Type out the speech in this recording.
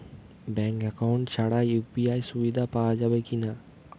Bank account ছাড়া UPI সুবিধা পাওয়া যাবে কি না?